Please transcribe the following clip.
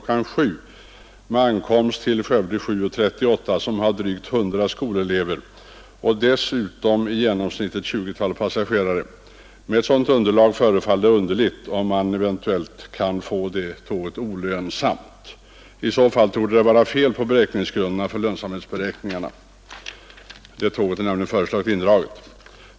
7.00 med ankomst till Skövde 7.38, som har drygt 100 skolelever och dessutom i genomsnitt ytterligare ett tjugotal passagerare. Med ett sådant underlag förefaller det underligt om man kan få ett sådant tåg olönsamt. I så fall torde det vara fel på grunderna för lönsamhetsberäkningarna. Det har nämligen föreslagits att det tåget skall indragas.